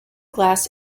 glass